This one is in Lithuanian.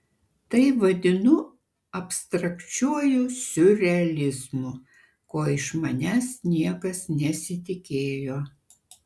tai vadinu abstrakčiuoju siurrealizmu ko iš manęs niekas nesitikėjo